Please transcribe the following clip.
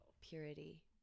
purity